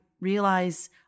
realize